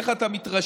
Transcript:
איך אתה מתרשם?